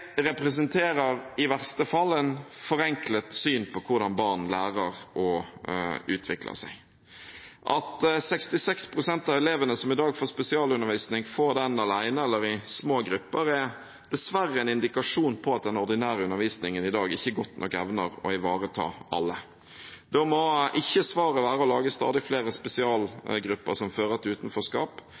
representerer i verste fall et forenklet syn på hvordan barn lærer og utvikler seg. At 66 pst. av elevene som i dag får spesialundervisning, får den alene eller i små grupper, er dessverre en indikasjon på at den ordinære undervisningen i dag ikke godt nok evner å ivareta alle. Da må ikke svaret være å lage stadig flere spesialgrupper som fører til utenforskap,